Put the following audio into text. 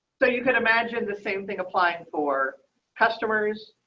so you can imagine the same thing. applying for customers.